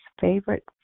favorite